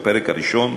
בפרק הראשון,